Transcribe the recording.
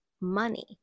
money